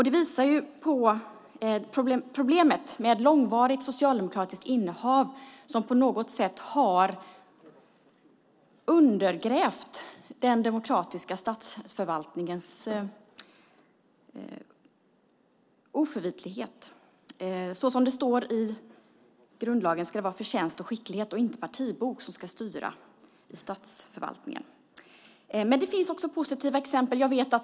Det visar på problemet med långvarigt socialdemokratiskt regeringsinnehav, som på något sätt har undergrävt den demokratiska statsförvaltningens oförvitlighet. Som det står i grundlagen ska det vara förtjänst och skicklighet och inte partibok som ska styra i statsförvaltningen. Men det finns också positiva exempel.